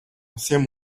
всем